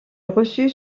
reçut